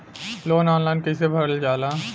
Loan online कइसे भरल जाला?